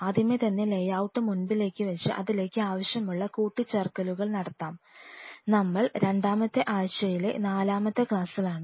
ആദ്യമേ തന്നെ ലേയൌട്ട് മുൻപിലേക്ക് വെച്ച് അതിലേക്ക് ആവശ്യമുള്ള കൂട്ടിച്ചേർക്കലുകൾ നടത്താം നമ്മൾ രണ്ടാമത്തെ ആഴ്ചയിലെ നാലാമത്തെ ക്ലാസ്സിലാണ്